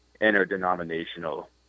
interdenominational